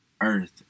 Earth